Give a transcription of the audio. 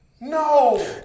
No